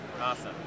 Awesome